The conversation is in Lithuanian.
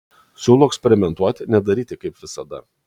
siūlau eksperimentuoti nedaryti kaip visada